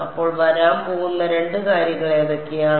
അപ്പോൾ വരാൻ പോകുന്ന രണ്ട് കാര്യങ്ങൾ ഏതൊക്കെയാണ്